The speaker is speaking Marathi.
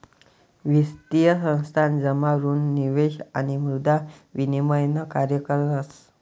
वित्तीय संस्थान जमा ऋण निवेश आणि मुद्रा विनिमय न कार्य करस